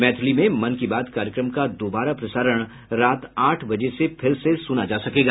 मैथिली में मन की बात कार्यक्रम का दोबारा प्रसारण रात आठ बजे से फिर से सुना जा सकेगा